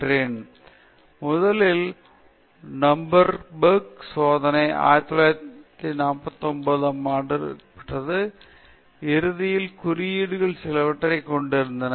முதன்முதலாக நியூரம்பெர்க் சோதனைகள் 1949 இல் எங்காவது எடுக்கப்பட்டன இறுதியில் குறியீடுகள் சிலவற்றைக் கொண்டிருக்கும்